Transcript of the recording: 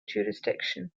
jurisdiction